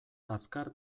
azkar